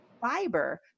fiber